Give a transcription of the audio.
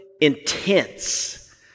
intense